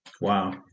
Wow